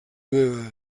meva